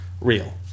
real